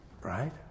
Right